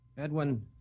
Edwin